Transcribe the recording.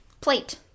Plate